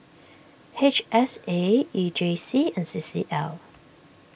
H S A E J C and C C L